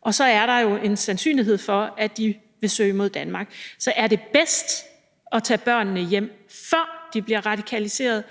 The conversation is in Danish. og så er der jo en sandsynlighed for, at de vil søge mod Danmark. Så er det bedst at tage børnene hjem, før de bliver radikaliseret,